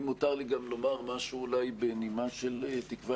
אני יכול לומר שבשנים קודמות,